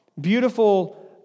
Beautiful